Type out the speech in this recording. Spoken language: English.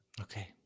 Okay